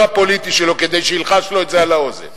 הפוליטי שלו כדי שילחש לו את זה באוזן.